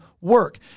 work